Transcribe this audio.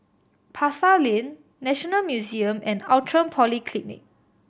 Pasar Lane National Museum and Outram Polyclinic